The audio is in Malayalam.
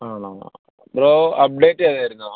ആണോ ബ്രോ അപ്ഡേറ്റ് ചെയ്തായിരുന്നോ